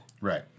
Right